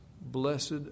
blessed